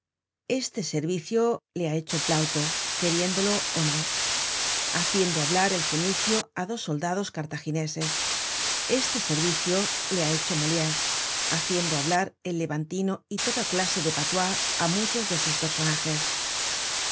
este servicio le ha hecho plauto queriéndolo ó no haciendo hablar el fenicio á dos soldados cartagineses este servicio le ha hecho moliere haciendo hablar el levantino y toda clase de patuá t ji muchos de sus personajes